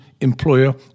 employer